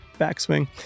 backswing